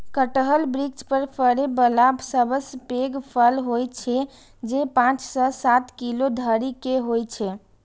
कटहल वृक्ष पर फड़ै बला सबसं पैघ फल होइ छै, जे पांच सं सात किलो धरि के होइ छै